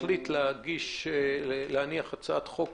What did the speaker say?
אם הממשלה תחליט להניח הצעת חוק,